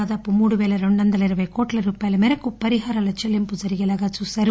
దాదాపు మూడు పేల రెండు వందల ఇరపై కోట్ల రూపాయల మేరకు పరిహార చెల్లింపు జరిగేలా చూశారు